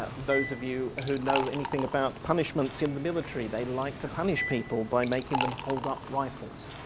ah those of you who know anything about punishments in the military, they like to punish people by making them hold up rifles.